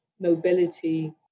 mobility